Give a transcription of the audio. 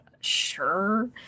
sure